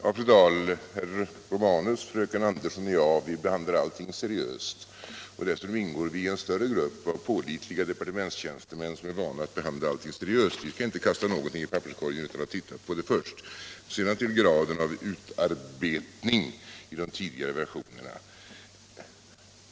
Nr 36 Herr talman! Herr Romanus, fröken Andersson och jag behandlar allting seriöst. Dessutom ingår vi i en större grupp av pålitliga departementstjänstemän som också är vana att behandla allting seriöst. Vi skall = inte kasta någonting i papperskorgen utan att titta på det först. Familjepolitiken Sedan till graden av utarbetning i de tidigare versionerna.